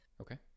okay